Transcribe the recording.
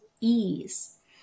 ease